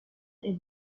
est